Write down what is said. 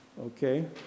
Okay